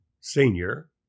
senior